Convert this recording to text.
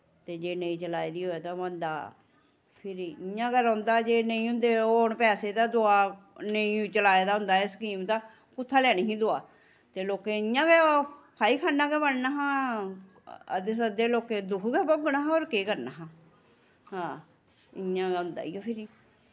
ते जे नेईं चलाई दी होऐ ते बंदा फिरी इ'यां गै रौंंह्दा जे नेईं होंदे होन पैसे ते दोआ नेईं चलाए दा होंदा एह् स्कीम तां कुत्थूं दा लैनी ही दोआ ते लोकें इ'यां गै फाई खान्ना गै बनना हा अद्दे सद्दे लोकें दुख गै भोगना हा होर केह् करना हा हां इ'यां गै होंदा ऐ फिरी